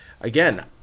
again